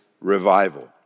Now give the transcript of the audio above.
revival